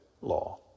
law